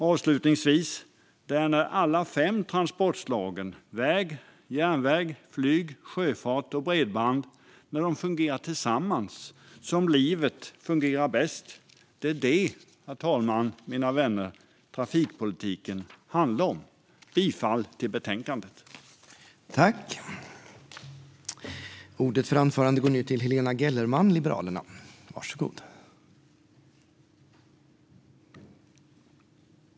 Avslutningsvis vill jag säga att det är när alla de fem transportslagen väg, järnväg, flyg, sjöfart och bredband fungerar tillsammans som livet fungerar bäst. Det är det, herr talman och mina vänner, som trafikpolitiken handlar om. Jag yrkar bifall till utskottets förslag i betänkandet.